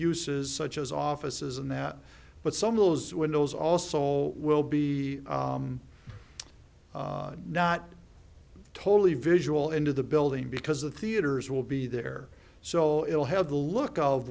uses such as offices and that but some of those windows also will be not totally visual into the building because the theaters will be there so it will have the look of